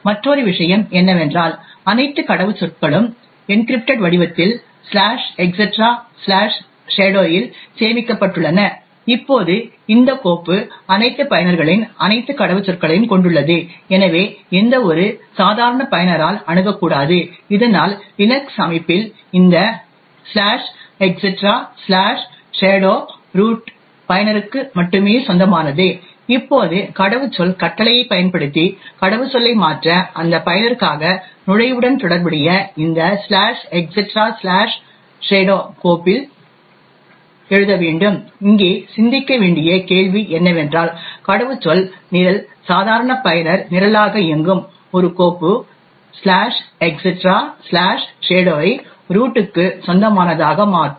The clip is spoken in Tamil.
மற்றொரு விஷயம் என்னவென்றால் அனைத்து கடவுச்சொற்களும் என்க்ரிப்டட் வடிவத்தில் etcshadow இல் சேமிக்கப்பட்டுள்ளன இப்போது இந்த கோப்பு அனைத்து பயனர்களின் அனைத்து கடவுச்சொற்களையும் கொண்டுள்ளது எனவே எந்தவொரு சாதாரண பயனரால் அணுகக்கூடாது இதனால் லினக்ஸ் அமைப்பில் இந்த etcshadow ரூட் பயனருக்கு மட்டுமே சொந்தமானது இப்போது கடவுச்சொல் கட்டளையைப் பயன்படுத்தி கடவுச்சொல்லை மாற்ற அந்த பயனருக்கான நுழைவுடன் தொடர்புடைய இந்த etcshadow கோப்பில் எழுத வேண்டும் இங்கே சிந்திக்க வேண்டிய கேள்வி என்னவென்றால் கடவுச்சொல் நிரல் சாதாரண பயனர் நிரலாக இயங்கும் ஒரு கோப்பு etcshadow ஐ ரூட்டுக்கு சொந்தமானதாக மாற்றும்